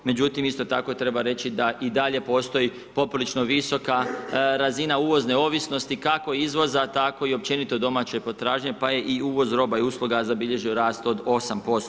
Međutim, isto tako, treba reći da i dalje postoji poprilično visoka razina uvozne ovisnosti, kako izvoza, tako i općenito domaće potražnje, pa je i uvoz roba i usluga, zabilježio rast od 8%